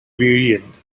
variant